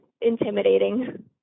intimidating